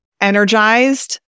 energized